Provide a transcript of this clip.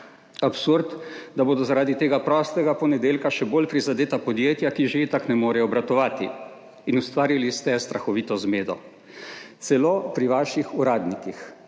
Absurd, da bodo zaradi tega prostega ponedeljka še bolj prizadeta podjetja, ki že itak ne morejo obratovati. In ustvarili ste strahovito zmedo, celo pri vaših uradnikih,